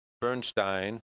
Bernstein